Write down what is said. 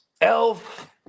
Elf